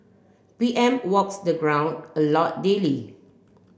P M walks the ground a lot daily